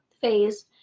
phase